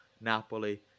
Napoli